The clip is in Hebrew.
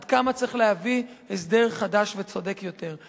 עד כמה צריך להביא הסדר חדש וצודק יותר.